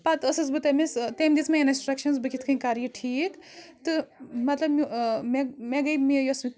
پَتہٕ ٲسٕس بہٕ تٔمِس تٔمۍ دِژ مےٚ اِنَسٹرٛکشَنٕز بہٕ کِتھ کَنۍ کَرٕ یہِ ٹھیٖک تہٕ مطلب مےٚ مےٚ مےٚ گٔے مےٚ یۄس